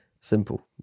simple